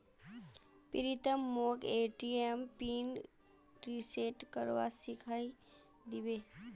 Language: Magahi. प्रीतम मोक ए.टी.एम पिन रिसेट करवा सिखइ दी बे